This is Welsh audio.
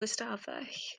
ystafell